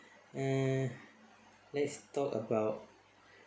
mm let's talk about